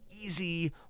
easy